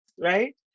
right